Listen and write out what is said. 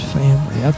family